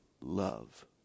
Love